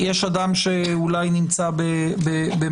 יש אדם שאולי נמצא במעצר.